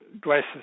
dresses